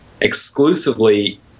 exclusively